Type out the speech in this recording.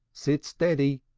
sit steady,